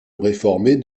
réformée